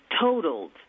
totaled